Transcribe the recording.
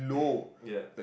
yup